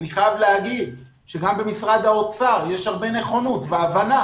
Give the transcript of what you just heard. אני חייב לומר שגם במשרד האוצר יש הרבה נכונות והבנה